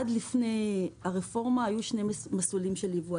עד לפני הרפורמה היו שני מסלולי ייבוא: